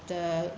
the